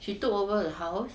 she took over the house